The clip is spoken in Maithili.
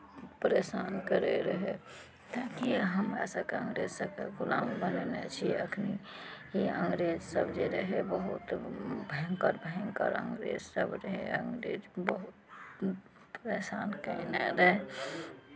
परेशान करैत रहै किएकि हमरा सभकेँ अंग्रेज सभकेँ गुलाम बनेने छियै एखन अंग्रेजसभ जे रहै बहुत भयङ्कर भयङ्कर अंग्रेजसभ रहै अंग्रेज बहुत परेशान करने रहै